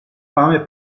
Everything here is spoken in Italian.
fame